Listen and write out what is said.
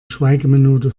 schweigeminute